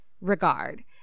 regard